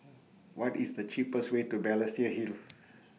What IS The cheapest Way to Balestier Hill